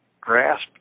grasp